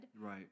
Right